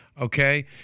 Okay